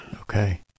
Okay